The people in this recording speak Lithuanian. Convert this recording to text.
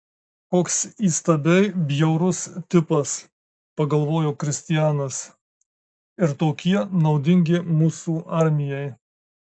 koks įstabiai bjaurus tipas pagalvojo kristianas ir tokie naudingi mūsų armijai